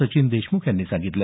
सचिन देशम्ख यांनी सांगितलं